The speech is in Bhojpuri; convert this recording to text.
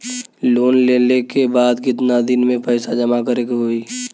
लोन लेले के बाद कितना दिन में पैसा जमा करे के होई?